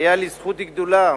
היתה לי זכות גדולה